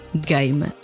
game